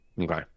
Okay